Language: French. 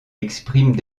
exprime